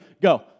Go